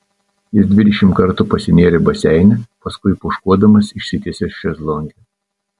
jis dvidešimt kartų pasinėrė baseine paskui pūškuodamas išsitiesė šezlonge